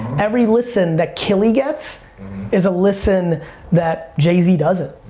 every listen that killy gets is a listen that jay-z doesn't.